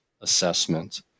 assessment